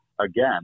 Again